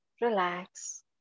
Relax